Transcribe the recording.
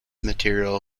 material